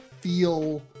feel